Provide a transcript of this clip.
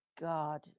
God